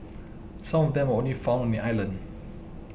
some of them are only found on the island